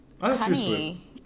honey